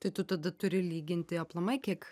tai tu tada turi lyginti aplamai kiek